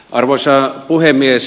arvoisa puhemies